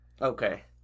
okay